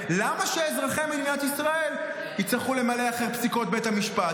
למה שאזרחי מדינת ישראל יצטרכו למלא אחרי פסיקות בית המשפט?